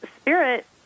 Spirit